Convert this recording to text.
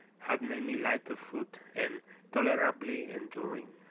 had made me light of foot and tolerably enduring.